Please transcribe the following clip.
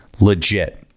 legit